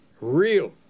real